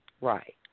Right